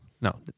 no